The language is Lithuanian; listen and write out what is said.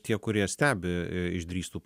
tie kurie stebi išdrįstų